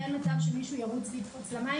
אין מצב שמישהו ירוץ ויקפוץ למים,